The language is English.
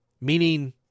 meaning